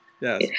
Yes